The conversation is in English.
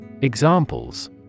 Examples